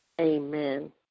Amen